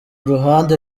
ruhande